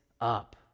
up